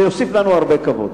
זה יוסיף לנו הרבה כבוד.